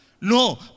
No